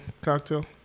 cocktail